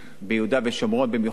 במיוחד באזורים הביטחוניים,